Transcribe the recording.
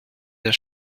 der